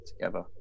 together